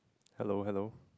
hello hello